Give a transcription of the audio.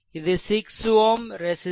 இது 6 Ω ரெசிஸ்ட்டன்ஸ்